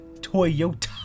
Toyota